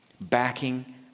backing